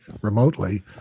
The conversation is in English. remotely